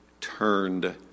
turned